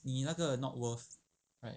你那个 not worth [right]